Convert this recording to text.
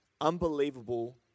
unbelievable